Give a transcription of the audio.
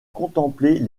contempler